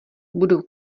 budou